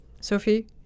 Sophie